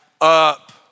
up